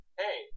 hey